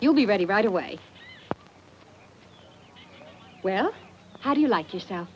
you'll be ready right away well how do you like your sou